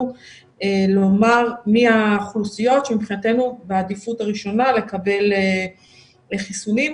לומר מי האוכלוסיות שמבחינתנו הן בעדיפות הראשונה לקבל חיסונים.